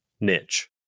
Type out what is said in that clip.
niche